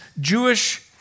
Jewish